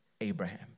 Abraham